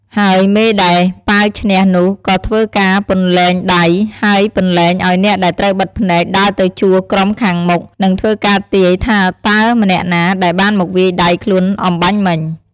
ហើយមេដែលប៉ាវឈ្នះនោះក៏ធ្វើការពន្លែងដៃ ហើយពន្លែងឲ្យអ្នកដែលត្រូវបិទភ្នែកដើរទៅជួរក្រុមខាងមុខ និងធ្វើការទាយថាតើម្នាក់ណាដែលបានមកវាយដៃខ្លួនអំបាញ់មិញ។